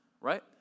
Right